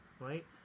right